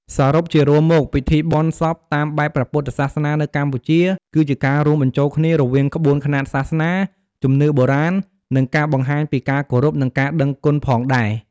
សរុបជារួមមក ពិធីបុណ្យសពតាមបែបព្រះពុទ្ធសាសនានៅកម្ពុជា គឺជាការរួមបញ្ចូលគ្នារវាងក្បួនខ្នាតសាសនា ជំនឿបុរាណ និងការបង្ហាញពីការគោរព និងការដឹងគុណផងដែរ។